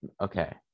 okay